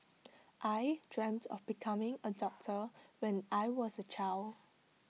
I dreamt of becoming A doctor when I was A child